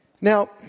Now